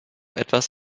etwas